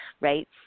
right